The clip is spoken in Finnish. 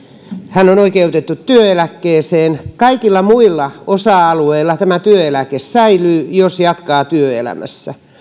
hän on oikeutettu työeläkkeeseen kaikilla muilla osa alueilla tämä työeläke säilyy jos jatkaa työelämässä